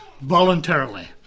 voluntarily